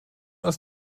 aus